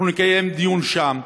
אנחנו נקיים דיון שם.